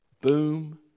Boom